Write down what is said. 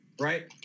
right